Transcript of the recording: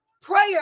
Prayer